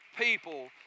people